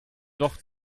doch